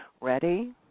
Ready